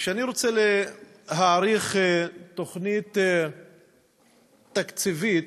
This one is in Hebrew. כשאני רוצה להעריך תוכנית תקציבית,